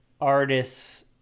artists